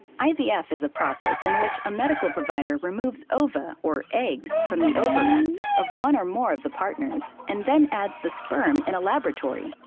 ivf is a process in which a medical provider removes ova or eggs from the ovaries of one or more of the partners, and then, adds the sperm in a laboratory.